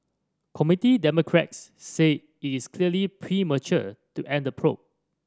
Committee Democrats say it is clearly premature to end the probe